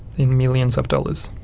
in millions of dollars.